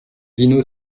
dino